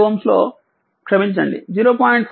5 Ω లో క్షమించండి 0